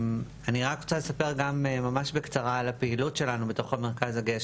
אני רק רוצה לספר ממש בקצרה על הפעילות שלנו בתוך המרכז הגאה,